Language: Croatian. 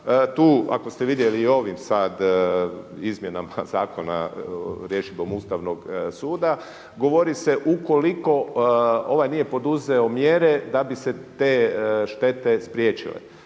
tu ako ste vidjeli ovim sada izmjenama zakona rješenjem Ustavnog suda, govori se ukoliko ovaj nije poduzeo mjere da bi se te štete spriječile.